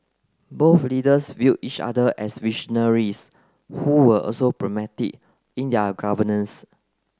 both leaders viewed each other as visionaries who were also pragmatic in their governance